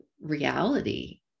reality